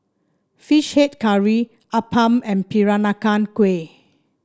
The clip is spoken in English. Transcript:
fish head curry appam and Peranakan Kueh